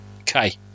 okay